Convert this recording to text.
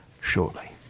shortly